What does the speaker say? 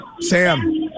Sam